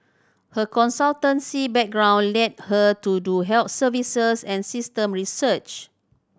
her consultancy background led her to do health services and system research